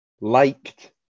liked